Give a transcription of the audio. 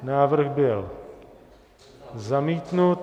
Návrh byl zamítnut.